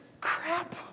Crap